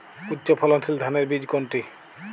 উচ্চ ফলনশীল ধানের বীজ কোনটি?